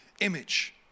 image